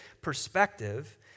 perspective